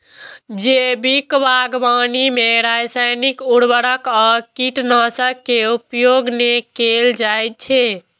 जैविक बागवानी मे रासायनिक उर्वरक आ कीटनाशक के प्रयोग नै कैल जाइ छै